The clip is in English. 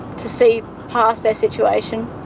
to see past their situation,